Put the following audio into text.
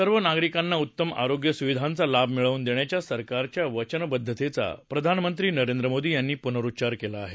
सर्व नागरिकांना उत्तम आरोग्य सुविधांचा लाभ मिळवून देण्याच्या सरकारच्या वचनबद्दतेचा प्रधानमंत्री नरेंद्र मोदी यांनी पुनरुच्चार केला आहे